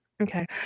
Okay